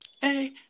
Hey